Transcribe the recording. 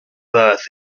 worth